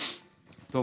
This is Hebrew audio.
טוב,